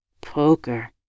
Poker